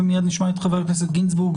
ומייד נשמע את חבר הכנסת גינזבורג,